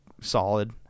solid